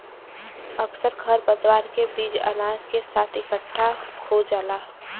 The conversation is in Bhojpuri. अक्सर खरपतवार के बीज अनाज के साथ इकट्ठा खो जाला